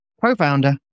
co-founder